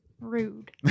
Rude